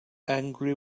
angry